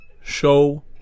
Show